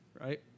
right